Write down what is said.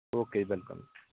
okay welcome